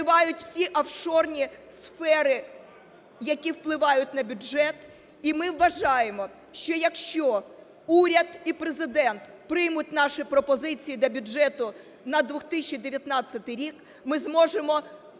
закривають всі офшорні сфери, які впливають на бюджет, і ми вважаємо, що якщо уряд і Президент приймуть наші пропозиції до бюджету на 2019 рік, ми зможемо